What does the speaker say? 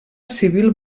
civil